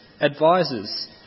advisers